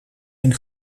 een